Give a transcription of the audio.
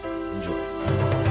Enjoy